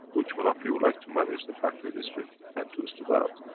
which one of you would like to manage the factory this week, and two stood out.